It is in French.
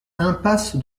impasse